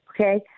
Okay